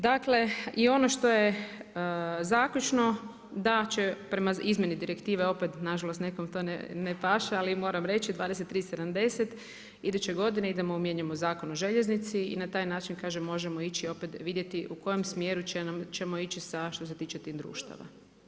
Dakle i ono što je zaključno da će prema izmjeni direktive opet na žalost nekom to ne paše, ali moram reći 23 70 iduće godine idemo, mijenjamo Zakon o željeznici i na taj način kažem možemo ići opet vidjeti u kojem smjeru ćemo ići sa što se tiče tih društava.